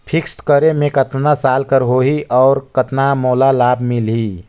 Fixed करे मे कतना साल कर हो ही और कतना मोला लाभ मिल ही?